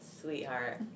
sweetheart